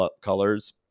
colors